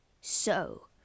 So